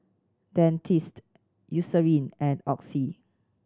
Dentiste Eucerin and Oxy